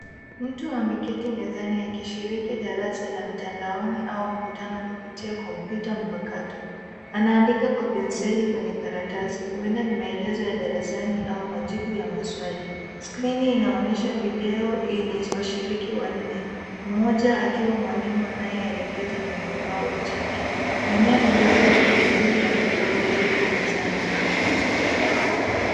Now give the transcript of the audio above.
Mtu ameketi mezani akishiriki darasa la mtandaoni au mkutano kupitia kompyuta mpakato. Anaandika kwa penseli kwenye karatasi, huenda ni maelezo ya darasani au majibu ya maswali. Skrini inaonyesha video yenye washiriki wanne, mmoja akiwa mwalimu anayeelekeza kwenye ubao wa chaki. Mimea midogo miwili ya kupamba viko mezani.